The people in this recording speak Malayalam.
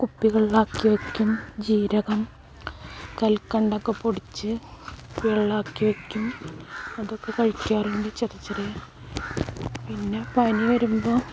കുപ്പികളിൽ ആക്കിവെക്കും ജീരകം കൽക്കണ്ടം ഒക്കെ പൊടിച്ച് കുപ്പികളാക്കി വെക്കും അതൊക്കെ കഴിക്കാറുണ്ട് ചെറിയ ചെറിയ പിന്നെ പനി വരുമ്പോൾ